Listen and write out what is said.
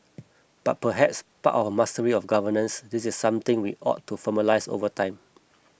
but perhaps part of mastery of governance this is something we ought to formalise over time